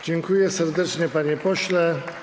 Dziękuję serdecznie, panie pośle.